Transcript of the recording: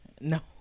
No